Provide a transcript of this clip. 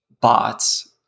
bots